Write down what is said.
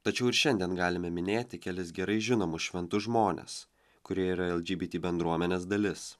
tačiau ir šiandien galime minėti kelis gerai žinomus šventus žmones kurie yra lgbt bendruomenės dalis